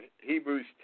Hebrews